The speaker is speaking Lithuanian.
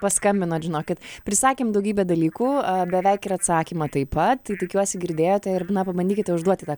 paskambinot žinokit prisakėm daugybę dalykų beveik ir atsakymą taip pat tai tikiuosi girdėjote ir na pabandykite užduoti tą